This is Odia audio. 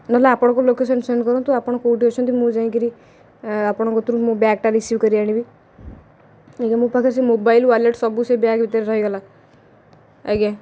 ନହେଲେ ଆପଣଙ୍କ ଲୋକେସନ୍ ସେଣ୍ଡ୍ କରନ୍ତୁ ଆପଣ କେଉଁଠି ଅଛନ୍ତି ମୁଁ ଯାଇକରି ଆପଣଙ୍କ କତିରୁ ମୋ ବ୍ୟାଗ୍ଟା ରିସିଭ୍ କରି ଆଣିବି ଆଜ୍ଞା ମୋ ପାଖରେ ସେ ମୋବାଇଲ୍ ୱାଲେଟ୍ ସବୁ ସେ ବ୍ୟାଗ୍ ଭିତରେ ରହିଗଲା ଆଜ୍ଞା